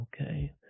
Okay